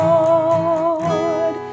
Lord